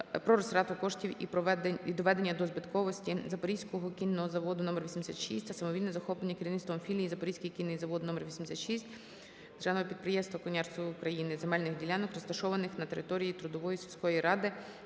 про розтрату коштів і доведення до збитковості Запорізького кінного заводу № 86 та самовільне захоплення керівництвом філії "Запорізький кінний завод № 86" Державного підприємства "Конярство України" земельних ділянок, розташованих на території Трудової сільської